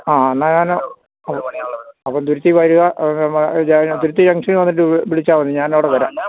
ആ എന്നാല് ഞാന് അപ്പം തിരുത്തി വരിക തിരുത്തി ജങ്ഷനില് വന്നിട്ട് വിളിച്ചാല് മതി ഞാനവിടെ വരാം